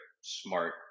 smart